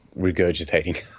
regurgitating